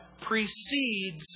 precedes